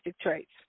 traits